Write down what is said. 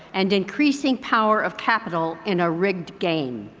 and increasing power of capital in a rigged game.